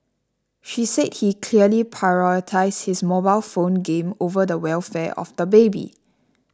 she said he clearly prioritised his mobile phone game over the welfare of the baby